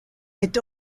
est